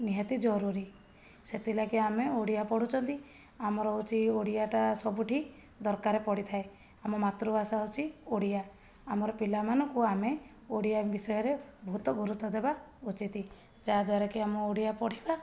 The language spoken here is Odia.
ନିହାତି ଜରୁରୀ ସେଥିଲାଗି ଆମେ ଓଡ଼ିଆ ପଢ଼ୁଛନ୍ତି ଆମର ହେଉଛି ଓଡ଼ିଆଟା ସବୁଠି ଦରକାର ପଡ଼ିଥାଏ ଆମ ମାତୃଭାଷା ହେଉଛି ଓଡ଼ିଆ ଆମର ପିଲାମାନଙ୍କୁ ଆମେ ଓଡ଼ିଆ ବିଷୟରେ ବହୁତ ଗୁରୁତ୍ଵ ଦେବା ଉଚିତ ଯାହା ଦ୍ୱାରା କି ଆମ ଓଡ଼ିଆ ପଢ଼ିବା